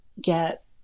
get